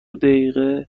دقیقه